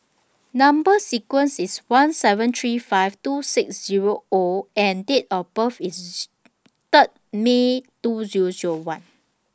Number sequence IS one seven three five two six Zero O and Date of birth IS Third May two Zero Zero one